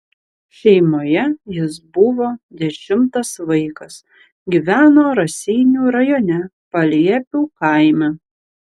šeimoje jis buvo dešimtas vaikas gyveno raseinių rajone paliepių kaime